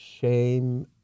shame